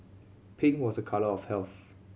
pink was a colour of health